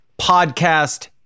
podcast